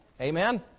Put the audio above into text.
Amen